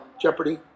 Jeopardy